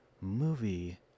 movie